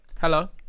Hello